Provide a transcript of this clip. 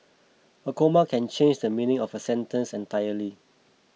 a comma can change the meaning of a sentence entirely